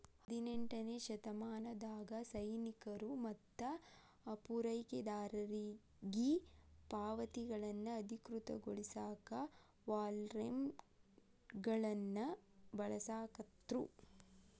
ಹದಿನೆಂಟನೇ ಶತಮಾನದಾಗ ಸೈನಿಕರು ಮತ್ತ ಪೂರೈಕೆದಾರರಿಗಿ ಪಾವತಿಗಳನ್ನ ಅಧಿಕೃತಗೊಳಸಾಕ ವಾರ್ರೆಂಟ್ಗಳನ್ನ ಬಳಸಾಕತ್ರು